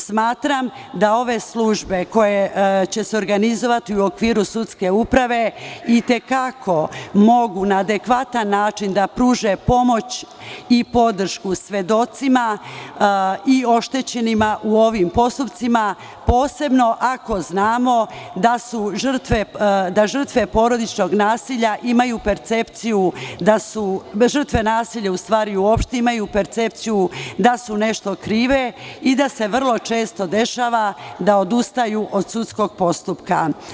Smatram da ove službe koje će se organizovati u okviru sudske uprave i te kako mogu na adekvatan način da pruže pomoć i podršku svedocima i oštećenima u ovim postupcima, posebno ako znamo da žrtve porodičnog nasilja imaju percepciju da su nešto krive i da se vrlo često dešava da odustaju od sudskog postupka.